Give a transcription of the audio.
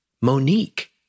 Monique